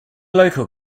local